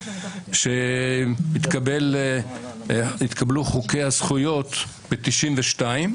כשהתקבלו חוקי הזכויות ב-1992,